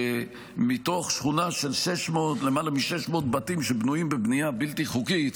שמתוך שכונה של למעלה מ-600 בתים שבנויים בבנייה בלתי חוקית,